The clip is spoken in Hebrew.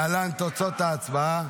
להלן תוצאות ההצבעה: